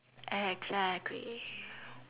exactly